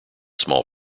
small